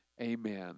amen